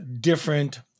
different –